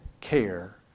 care